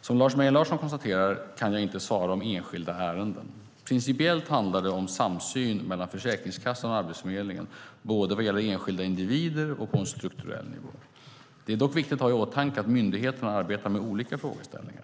Som Lars Mejern Larsson konstaterar kan jag inte svara om enskilda ärenden. Principiellt handlar det om samsyn mellan Försäkringskassan och Arbetsförmedlingen, både vad gäller enskilda individer och på en strukturell nivå. Det är dock viktigt att ha i åtanke att myndigheterna arbetar med olika frågeställningar.